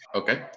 okay.